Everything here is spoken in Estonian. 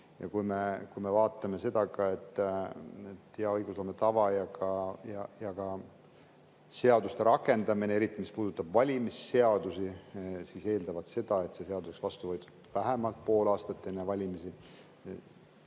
Ja kui me vaatame ka seda, et hea õigusloome tava ja ka seaduste rakendamine, eriti, mis puudutab valimisseadusi, eeldavad seda, et see seadus oleks vastu võetud vähemalt pool aastat enne valimisi,